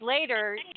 later